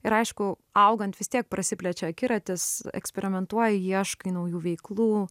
ir aišku augant vis tiek prasiplečia akiratis eksperimentuoji ieškai naujų veiklų